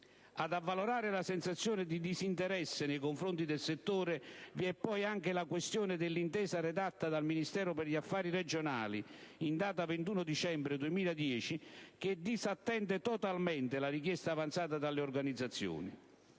Ad avvalorare la sensazione di disinteresse nei confronti del settore, vi è poi anche la questione dell'intesa redatta dal Ministero per gli affari regionali, in data 21 dicembre 2010, che disattende totalmente la richiesta avanzata dalle organizzazioni.